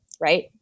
right